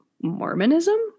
Mormonism